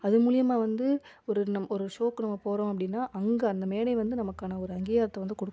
அது மூலிமா வந்து ஒரு ஒரு ஷோவுக்கு நம்ம போகிறோம் அப்படின்னா அங்கே அந்த மேடை வந்து நமக்கான ஒரு அங்கீகாரத்தை வந்து கொடுக்கும்